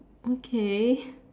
okay